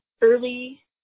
early